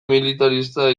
militarista